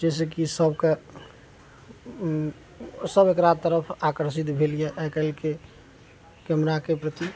जैसे की सबके उ सब एकरा तरफ आकर्षित भेल यऽ आइ काल्हिके कैमराके प्रति